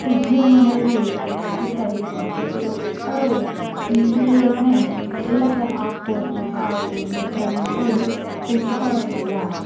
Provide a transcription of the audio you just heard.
ఉద్యమం అనేది మీరు కలిగించండి ప్రతీ ఒక్కరూ ఇంట్లోనే ఇలాగా ఆకుకూరలు కాయగూరలు పళ్ళు ఇవన్నీ పెంచుకోవడం వల్ల